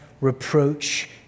reproach